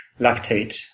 lactate